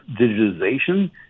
digitization